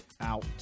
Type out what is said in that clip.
Out